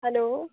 hello